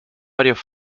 varios